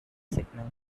signal